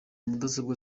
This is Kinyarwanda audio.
mudasobwa